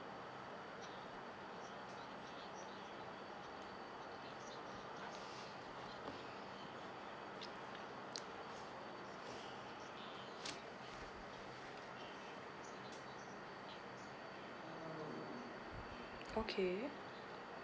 okay